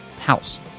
house